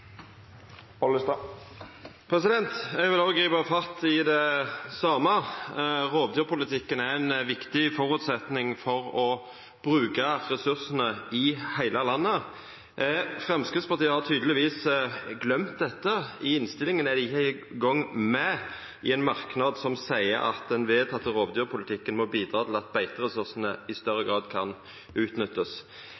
Eg vil gripa fatt i det same. Rovdyrpolitikken er ein viktig føresetnad for å bruka ressursane i heile landet. Framstegspartiet har tydelegvis gløymt dette. I innstillinga er dei ikkje eingong med i ein merknad som seier at den vedtekne rovdyrpolitikken må bidra til at beiteressursane i større